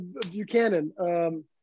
Buchanan